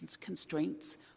constraints